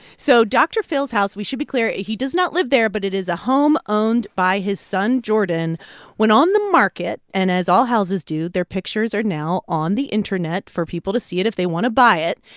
so dr. phil's house we should be clear, he does not live there, but it is a home owned by his son jordan went on the market, and as all houses do, their pictures are now on the internet for people to see it if they want to buy it.